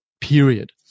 period